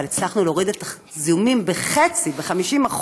אבל הצלחנו להוריד את הזיהומים בחצי, ב-50%,